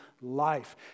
life